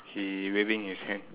he waving his hand